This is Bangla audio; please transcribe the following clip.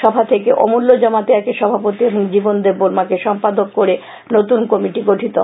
সভা থেকে অমূল্য জমাতিয়াকে সভাপতি এবং জীবন দেব্বর্মাকে সম্পাদক করে নতুন কমিটি গঠিত হয়